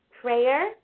prayer